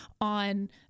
on